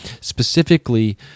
Specifically